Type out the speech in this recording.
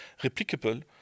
replicable